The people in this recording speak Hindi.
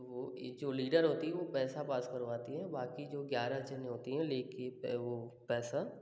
तो वो जो लीडर होती हैं वो पैसा पास करवाती हैं बाकी जो ग्यारह जन होती हैं ले के वो पैसा